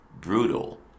brutal